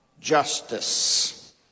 justice